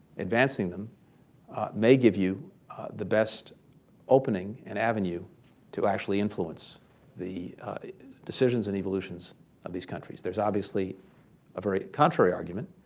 advancing them may give you the best opening and avenue to actually influence the decisions and evolutions of these countries. there's obviously a very contrary argument.